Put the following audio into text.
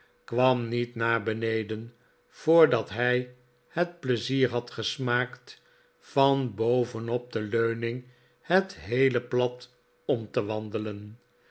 kwam niet naar beneden voordat hij het pleizier had gesmaakt van boven op de leuriing het heele plat om te wandelen